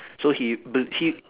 so he but he